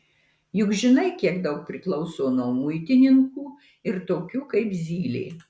juk žinai kiek daug priklauso nuo muitininkų ir tokių kaip zylė